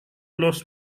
los